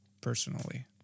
personally